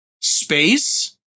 space